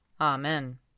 Amen